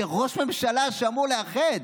זה ראש ממשלה שאמור לאחד.